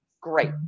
great